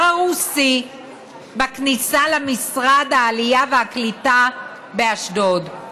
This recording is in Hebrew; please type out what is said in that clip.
הרוסי בכניסה למשרד העלייה והקליטה באשדוד.